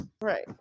Right